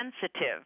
sensitive